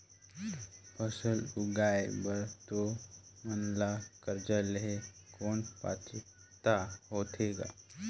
फसल उगाय बर तू मन ला कर्जा लेहे कौन पात्रता होथे ग?